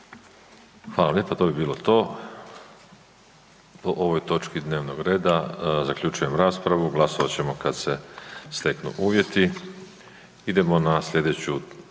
Hvala lijepo. To je bilo to. O ovoj točki dnevnog reda, zaključujem raspravu. Glasovat ćemo kad se steknu uvjeti. **Jandroković,